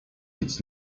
nic